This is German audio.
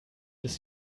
ist